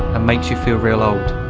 and makes you feel real old